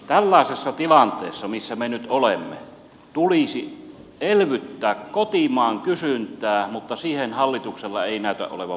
tällaisessa tilanteessa missä me nyt olemme tulisi elvyttää kotimaan kysyntää mutta siihen hallituksella ei näytä olevan valmiutta